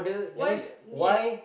why pe~ ya